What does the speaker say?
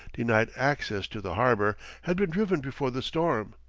denied access to the harbour, had been driven before the storm.